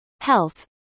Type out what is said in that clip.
health